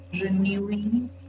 Renewing